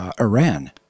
Iran